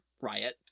Riot